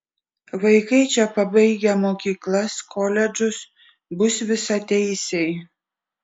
vaikai čia pabaigę mokyklas koledžus bus visateisiai